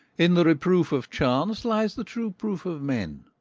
in the reproof of chance lies the true proof of men.